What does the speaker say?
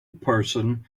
person